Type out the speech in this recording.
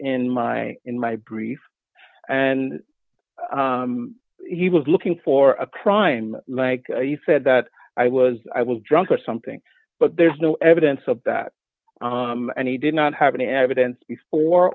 in my in my brief and he was looking for a crime like you said that i was i was drunk or something but there's no evidence of that and he did not have any evidence before